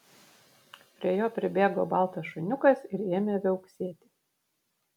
prie jo pribėgo baltas šuniukas ir ėmė viauksėti